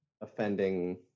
Offending